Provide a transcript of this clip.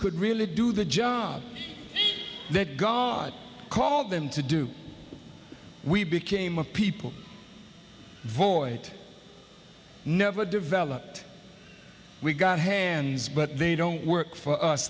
could really do the job that god called them to do we became a people void never developed we've got hands but they don't work for us